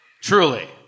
Truly